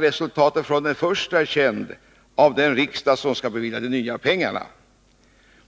Resultatet av den första är ju ännu inte känt för den riksdag som skall bevilja de nya pengarna.